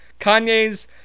Kanye's